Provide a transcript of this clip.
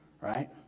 right